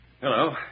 Hello